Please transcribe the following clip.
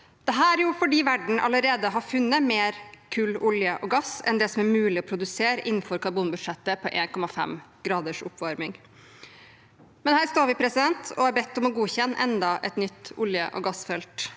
Dette fordi verden allerede har funnet mer kull, olje og gass enn det som er mulig å produsere innenfor karbonbudsjettet på 1,5 graders økt oppvarming. Men her står vi og er bedt om å godkjenne enda et nytt oljeog gassfelt,